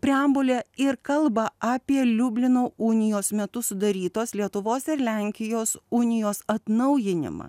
preambulė ir kalba apie liublino unijos metu sudarytos lietuvos ir lenkijos unijos atnaujinimą